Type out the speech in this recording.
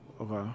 Okay